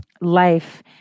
life